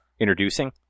Introducing